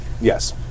Yes